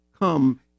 come